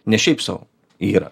ne šiaip sau yra